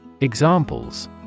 Examples